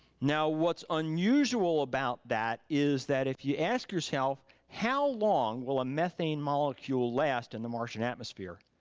now what's unusual about that is that if you ask yourself how long will a methane molecule last in the martian atmosphere?